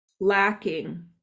lacking